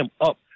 up